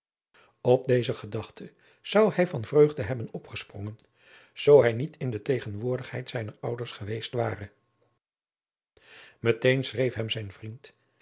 op deze gedachte zou hij van vreugde hebben opgesprongen zoo hij niet in de tegenwoordigheid zijner ouders geweest ware met een schreef hem zijn vriend